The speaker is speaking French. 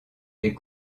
est